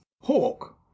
hawk